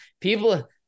people